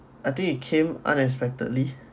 I think it came unexpectedly